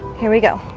here we go